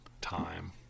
time